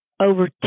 over